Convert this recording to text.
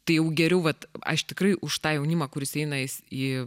tai jau geriau vat aš tikrai už tą jaunimą kuris eina į